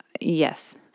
yes